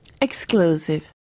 Exclusive